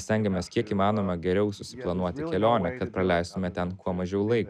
stengiamės kiek įmanoma geriau susiplanuoti kelionę kad praleistume ten kuo mažiau laiko